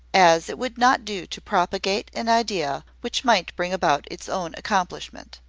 as it would not do to propagate an idea which might bring about its own accomplishment.